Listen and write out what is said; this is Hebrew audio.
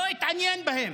לא התעניין בהם.